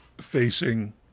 facing